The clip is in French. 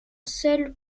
seul